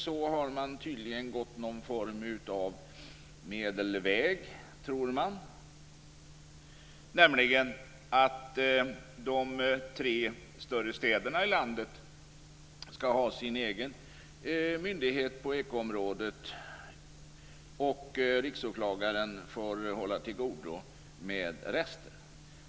Så har man tydligen gått någon form av medelväg - tror man - nämligen att de tre större städerna i landet skall ha sin egen myndighet på ekoområdet och att Riksåklagaren får hålla till godo med resten.